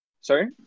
Sorry